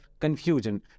confusion